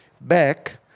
back